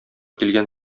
килгән